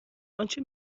آنچه